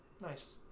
Nice